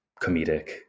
comedic